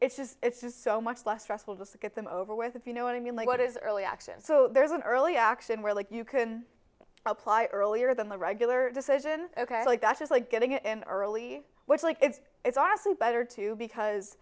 it's just it's just so much less stressful to get them over with if you know what i mean like what is early x and so there's an early action where like you can apply earlier than the regular decision ok like i just like getting in early which like it's it's awesome better to because